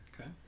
okay